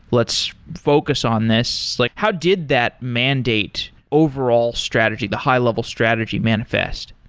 let's focus on this. like how did that mandate overall strategy, the high-level strategy manifest?